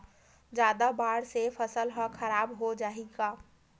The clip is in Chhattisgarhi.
जादा बाढ़ से फसल ह खराब हो जाहि का?